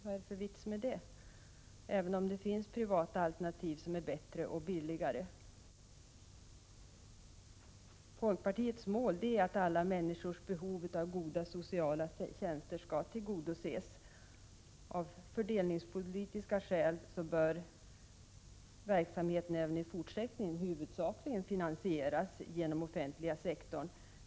Vad är det för vits med det, när det kan finnas privata alternativ som är bättre och billigare? Folkpartiets mål är att alla människors behov av goda sociala tjänster skall tillgodoses. Av fördelningspolitiska skäl bör verksamheten även i fortsättningen huvudsakligen finansieras genom den offentliga sektorn.